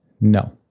no